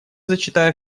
зачитаю